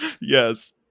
Yes